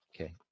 Okay